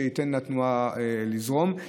שייתנו לתנועה לזרום.